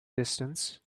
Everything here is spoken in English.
distance